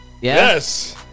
yes